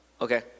Okay